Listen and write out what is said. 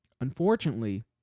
Unfortunately